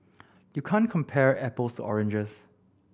you can't compare apples oranges